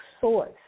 source